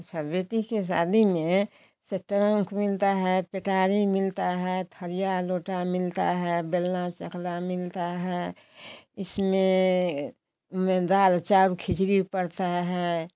सब बेटी की शादी में से ट्रन्क मिलता है पेटारी मिलती है थरिया लोटा मिलता है बेलना चकला मिलता है इसमें में दाल चाउर खिचड़ी पड़ती है